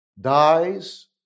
dies